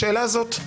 השאלה הזאת,